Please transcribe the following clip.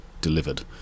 delivered